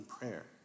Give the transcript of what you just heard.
prayer